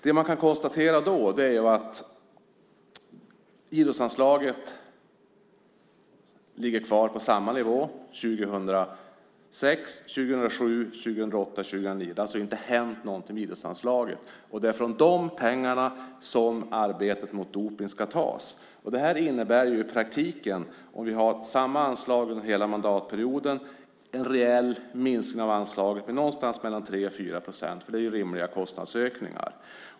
Det kan konstateras att idrottsanslaget legat kvar på samma nivå under åren 2006, 2007, 2008 och 2009. Det har alltså inte hänt någonting med idrottsanslaget. Det är från det som pengarna till arbetet mot dopning ska tas. Om vi har samma anslag under hela mandatperioden innebär det i praktiken en rejäl minskning av anslaget med 3-4 procent - det är ju rimliga kostnadsökningar.